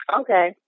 Okay